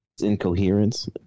incoherence